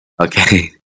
Okay